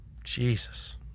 Jesus